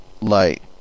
light